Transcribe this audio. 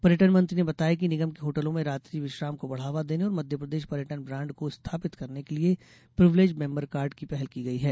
पर्यटन मंत्री ने बताया कि निगम के होटलों में रात्रि विश्राम को बढ़ावा देने और मध्यप्रदेश पर्यटन ब्राँड को स्थापित करने के लिए प्रिविलेज मेंबर कार्ड की पहल की गई है